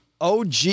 OG